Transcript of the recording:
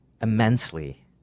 immensely